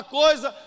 coisa